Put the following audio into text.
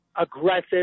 aggressive